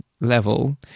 level